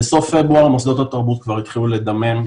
בסוף פברואר מוסדות התרבות כבר התחילו לדמם,